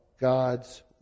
God's